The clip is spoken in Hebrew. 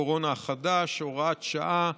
(הוראת שעה),